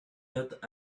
not